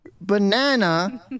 banana